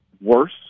worse